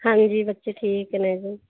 ਹਾਂਜੀ ਬੱਚੇ ਠੀਕ ਨੇ ਜੀ